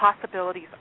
possibilities